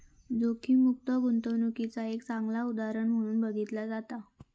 जोखीममुक्त गुंतवणूकीचा एक चांगला उदाहरण म्हणून बघितला जाता